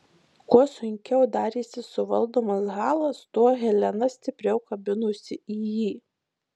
kuo sunkiau darėsi suvaldomas halas tuo helena stipriau kabinosi į jį